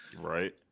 Right